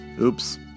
oops